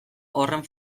horren